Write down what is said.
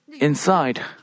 inside